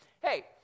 hey